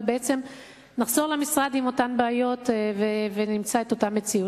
אבל נחזור למשרד עם אותן בעיות ונמצא את אותה מציאות